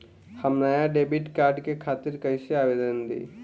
हम नया debit card के खातिर कइसे आवेदन दीं?